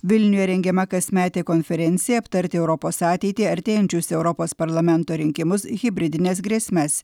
vilniuje rengiama kasmetė konferencija aptarti europos ateitį artėjančius europos parlamento rinkimus hibridines grėsmes